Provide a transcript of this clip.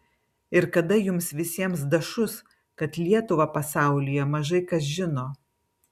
ir kada jums visiems dašus kad lietuvą pasaulyje mažai kas žino